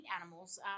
animals